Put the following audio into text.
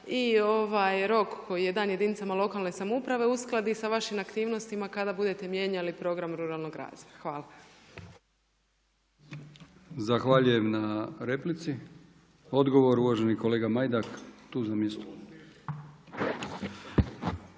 se onda i rok koji je dan jedinicama lokalne samouprave uskladi sa vašim aktivnostima kada budete mijenjali program ruralnog razvoja. Hvala. **Brkić, Milijan (HDZ)** Zahvaljujem na replici. Odgovor uvaženi kolega Majdak. **Majdak,